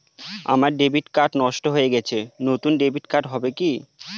আমার debit card নষ্ট হয়ে গেছে নূতন ডেবিট কার্ড হবে কি?